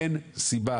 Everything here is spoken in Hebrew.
אין סיבה.